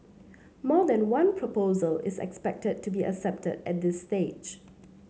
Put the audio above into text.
more than one proposal is expected to be accepted at this stage